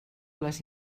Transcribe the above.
les